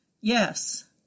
Yes